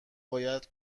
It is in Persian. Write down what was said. باید